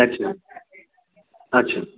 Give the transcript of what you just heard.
अच्छा अच्छा